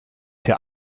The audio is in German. der